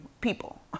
people